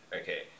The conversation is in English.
Okay